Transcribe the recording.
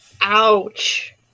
Ouch